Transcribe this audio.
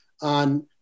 on